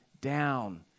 down